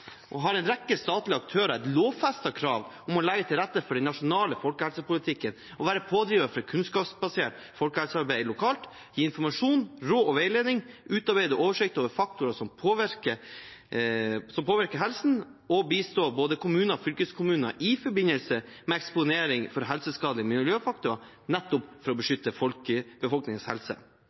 har en rekke statlige aktører et lovfestet krav om å legge til rette for den nasjonale folkehelsepolitikken og være pådrivere for kunnskapsbasert folkehelsearbeid lokalt, gi informasjon, råd og veiledning, utarbeide oversikt over faktorer som påvirker helsen, og bistå både kommuner og fylkeskommuner i forbindelse med eksponering for helseskadelige miljøfaktorer – nettopp for å beskytte befolkningens helse.